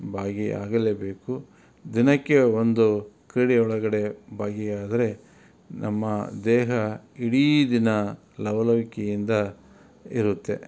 ಭಾಗಿಯಾಗಲೇ ಬೇಕು ದಿನಕ್ಕೆ ಒಂದು ಕ್ರೀಡೆಯೊಳಗಡೆ ಭಾಗಿಯಾದರೆ ನಮ್ಮ ದೇಹ ಇಡೀ ದಿನ ಲವಲವಿಕೆಯಿಂದ ಇರುತ್ತೆ